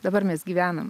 dabar mes gyvenam